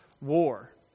war